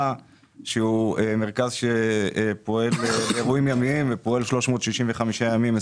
שהוא מרכז שפועל באירועים ימיים ופועל 365 ימים בשנה,